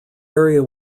area